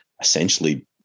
essentially